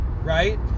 right